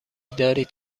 دارید